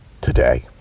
today